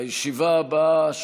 הישיבה הבאה,